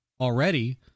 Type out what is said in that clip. already